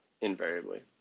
invariably